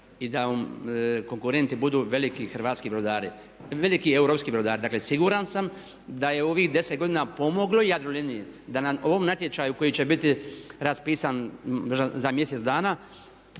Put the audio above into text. i da konkurentni budu veliki hrvatski brodari, veliki europski brodari. Dakle siguran sam da je ovih 10 godina pomoglo Jadroliniji da nam u ovom natječaju koji će biti raspisan za mjesec dana